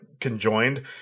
conjoined